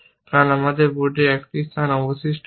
কারণ আমাদের বোর্ডে একটি স্থান অবশিষ্ট নেই